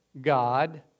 God